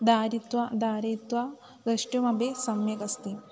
धृत्वा धृत्वा द्रष्टुमपि सम्यगस्ति